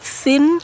thin